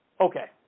Okay